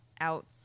out